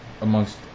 amongst